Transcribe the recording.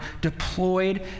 deployed